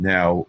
Now